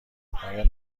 آیا